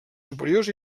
superiors